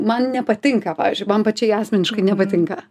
man nepatinka pavyzdžiui man pačiai asmeniškai nepatinka